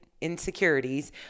insecurities